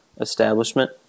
establishment